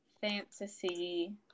fantasy